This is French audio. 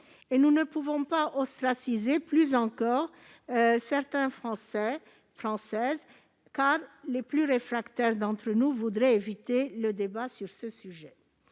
et nous ne pouvons pas ostraciser plus encore certaines Françaises et certains Français au motif que les plus réfractaires d'entre nous voudraient éviter le débat sur ce sujet.